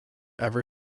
ever